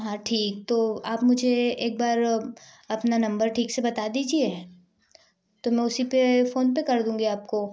हाँ ठीक तो आप मुझे एक बार अपना नंबर ठीक से बता दीजिए तो मैं उसी पर फ़ोन पे कर दूँगी आपको